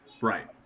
right